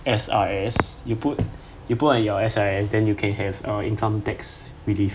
S_R_S you put you put on your S_R_S then you can have uh income tax relief